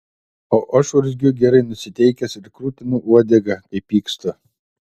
o aš urzgiu gerai nusiteikęs ir krutinu uodegą kai pykstu